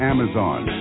Amazon